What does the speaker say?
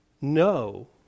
no